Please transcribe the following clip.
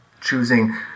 choosing